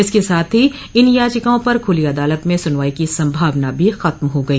इसके साथ ही इन याचिकाओं पर खुली अदालत में सुनवाई की संभावना भी खत्म हो गई